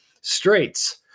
Straits